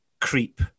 Creep